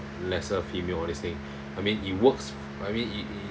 lesser female all these thing I mean it works I mean it